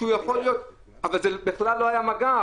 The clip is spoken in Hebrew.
אבל בכלל לא היה מגע.